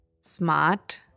smart